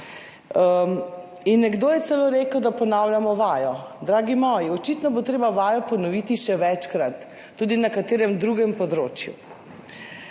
In nekdo je celo rekel, da ponavljamo vajo. Dragi moji, očitno bo treba vajo ponoviti še večkrat, tudi na katerem drugem področju.